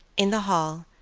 in the hall,